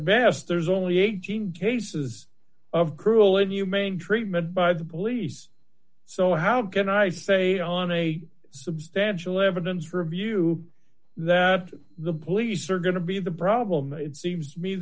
best there's only eighteen cases of cruel inhumane treatment by the police so how can i say on a substantial evidence for a view that the police are going to be the problem it seems to me